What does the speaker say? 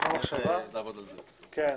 צריך לעבוד עליו.